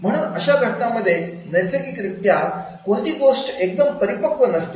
म्हणून अशा घटनांमध्ये नैसर्गिक रित्या कोणती गोष्ट एकदमच परिपक्व नसते